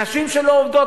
נשים שלא עובדות,